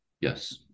yes